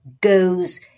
goes